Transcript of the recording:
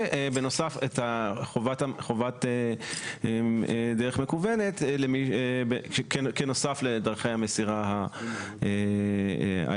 ובנוסף את חובת דרך מקוונת כנוסף לדרך המסירה הרגילה.